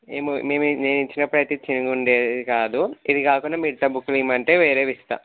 ఏమో మేము నేను ఇచ్చినప్పుడు అయితే చిరిగి ఉండేవి కాదు ఇది కాకుండా మిగితా బుక్కులు ఇవ్వమంటే వేరేవి ఇస్తా